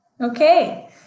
Okay